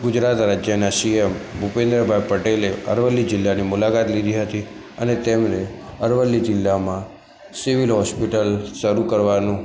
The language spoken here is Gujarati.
ગુજરાત રાજ્યના સી એમ ભુપેન્દ્રભાઈ પટેલે અરવલ્લી જિલ્લ્લાની મુલાકાત લીધી હતી અને તેમણે અરવલ્લી જીલ્લામાં સિવિલ હૉસ્પિટલ શરુ કરવાનું